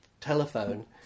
telephone